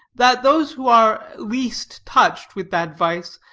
that those who are least touched with that vice,